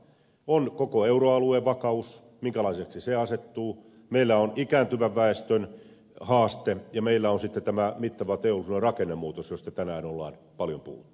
on koko euroalueen vakaus minkälaiseksi se asettuu meillä on ikääntyvän väestön haaste ja meillä on sitten tämä mittava teollisuuden rakennemuutos josta tänään on paljon puhuttu